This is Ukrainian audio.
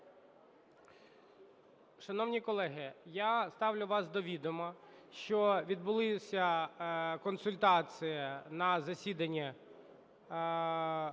Шановні колеги, я ставлю вас до відома, що відбулися консультації на засіданні